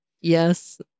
Yes